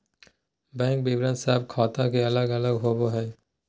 bank विवरण सब ख़ाता के अलग अलग होबो हइ